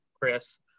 Chris